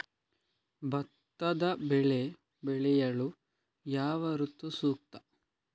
ಭತ್ತದ ಬೆಳೆ ಬೆಳೆಯಲು ಯಾವ ಋತು ಸೂಕ್ತ?